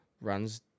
runs